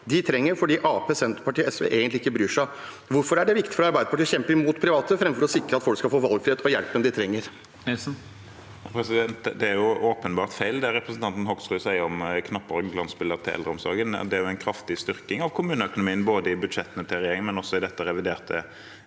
de trenger, fordi Arbeiderpartiet, Senterpartiet og SV egentlig ikke bryr seg. Hvorfor er det viktig for Arbeiderpartiet å kjempe imot private framfor å sikre at folk skal få valgfrihet og hjelpen de trenger? Eigil Knutsen (A) Det representanten Hoksrud sier om knapper og glansbilder til eldreomsorgen, er åpenbart feil. Det er en kraftig styrking av kommuneøkonomien både i budsjettene til regjeringen, og i dette reviderte